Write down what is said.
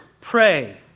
pray